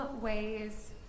ways